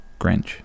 Grinch